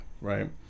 right